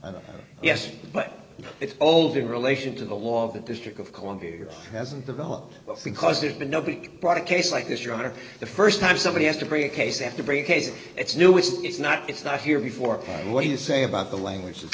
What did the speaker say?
and yes but it's old in relation to the law of the district of columbia hasn't developed but because there's been nobody brought a case like this your honor the st time somebody has to bring a case they have to bring cases it's new it's it's not it's not here before what you say about the language that